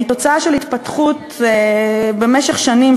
הם תוצאה של התפתחות במשך שנים,